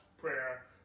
prayer